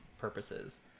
purposes